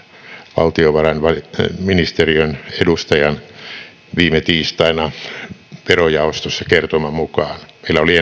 valtiovarainministeriön edustajan viime tiistaina verojaostossa kertoman mukaan meillä oli